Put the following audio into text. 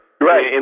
Right